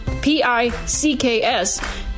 P-I-C-K-S